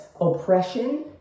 oppression